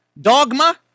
dogma